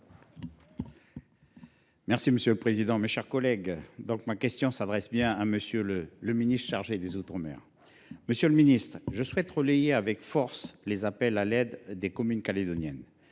mer. Monsieur le président, mes chers collègues, ma question s’adresse à M. le ministre des outre mer. Monsieur le ministre, je souhaite relayer avec force les appels à l’aide des communes calédoniennes.